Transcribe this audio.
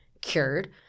cured